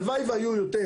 הלוואי והיו יותר.